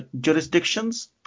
jurisdictions